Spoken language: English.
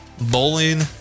bowling